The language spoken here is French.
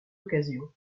occasion